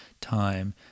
time